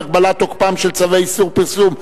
הגבלת תוקפם של צווי איסור פרסום),